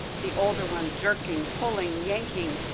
the older one jerking, pulling, yanking,